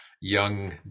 young